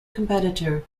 competitor